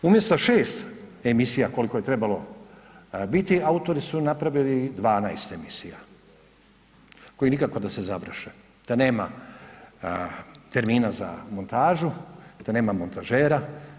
Umjesto 6 emisija, koliko je trebalo biti, autori su napravili 12 emisija koje nikako da se završe te nema termina za montažu, te nema montažera.